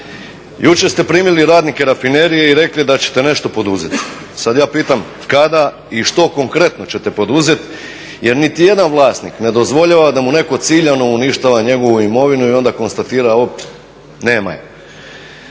Jučer ste primili radnike rafinerije i rekli da ćete nešto poduzeti. Sada ja pitam kada i što konkretno ćete poduzeti jer niti jedan vlasnik ne dozvoljava da mu netko ciljano uništava njegovu imovinu i onda konstatira, op nema je.